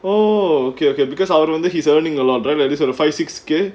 oh okay okay because I would wonder if he was earning a lot atleast around five six K